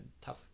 tough